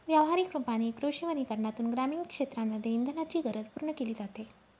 व्यवहारिक रूपाने कृषी वनीकरनातून ग्रामीण क्षेत्रांमध्ये इंधनाची गरज पूर्ण केली जाते